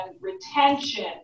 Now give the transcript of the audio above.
retention